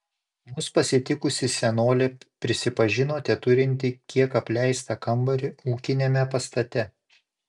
mus pasitikusi senolė prisipažino teturinti kiek apleistą kambarį ūkiniame pastate